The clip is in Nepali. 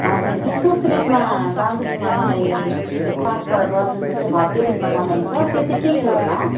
हजुर विशेष रूपमा दार्जिलिङमा मनाइने चाडपर्व जुन चाहिँ भव्य रूपमा मनाइन्छ त्यो चाहिँ के के होला